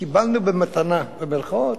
קיבלנו במתנה, במירכאות,